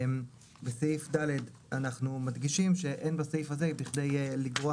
בסעיף (ד) אנחנו מדגישים שאין בסעיף הזה כדי לגרוע